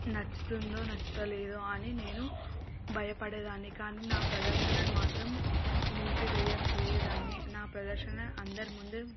నచ్చుతుందో నచ్చుతలేదో అని నేను భయపడేదాన్ని కానీ నా ప్రదర్శనని మాత్రం నిలిపివేయకపోయేదాన్ని నా ప్రదర్శన అందరి ముందు